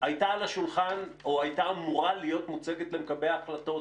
הייתה על השולחן או הייתה אמורה להיות מוצגת למקבלי ההחלטות